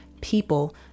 people